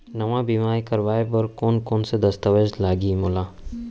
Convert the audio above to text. नवा बीमा करवाय बर कोन कोन स दस्तावेज लागही मोला?